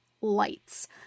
lights